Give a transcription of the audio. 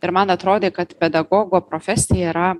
ir man atrodė kad pedagogo profesija yra